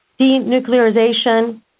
denuclearization